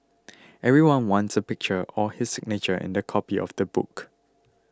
everyone wants a picture or his signature in their copy of the book